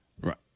Right